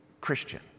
Christian